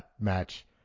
match